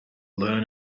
learn